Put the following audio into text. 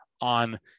on